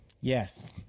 Yes